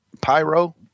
pyro